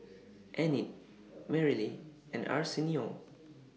Enid Merrily and Arsenio